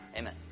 Amen